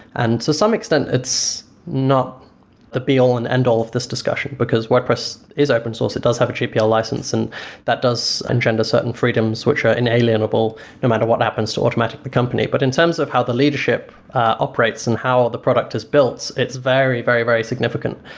so some extent, it's not the be-all and end-all of this discussion, because wordpress is open-source. it does have a gpl license and that does and gender certain freedoms, which are inalienable no matter what happens to automattic, the company. but in terms of how the leadership operates and how the product is built, it's very, very, very significant.